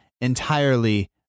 entirely